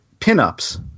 pinups